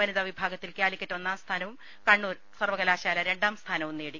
വനിതാവിഭാഗത്തിൽ കാലിക്കറ്റ് ഒന്നാംസ്ഥാനിവും കണ്ണൂർ സർവകലാശാല രണ്ടാംസ്ഥാനവും നേടി